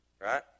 right